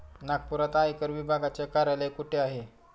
नागपुरात आयकर विभागाचे कार्यालय कुठे आहे?